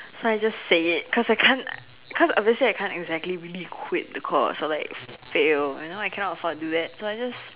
so I just say it cause I can't cause obviously I can't exactly really quit the course or like fail you know I cannot afford to do that so I just